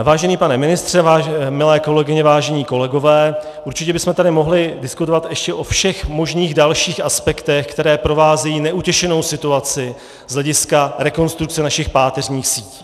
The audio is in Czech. Vážený pane ministře, milé kolegyně, vážení kolegové, určitě bychom tady mohli diskutovat ještě o všech možných dalších aspektech, které provázejí neutěšenou situaci z hlediska rekonstrukce našich páteřních sítí.